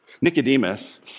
Nicodemus